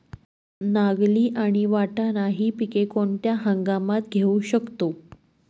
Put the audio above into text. नागली आणि वाटाणा हि पिके कोणत्या हंगामात घेऊ शकतो?